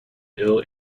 ill